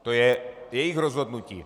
To je jejich rozhodnutí.